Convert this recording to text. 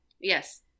Yes